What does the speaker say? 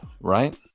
right